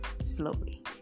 slowly